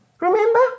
Remember